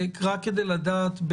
רק כדי לדעת,